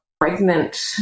pregnant